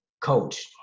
coach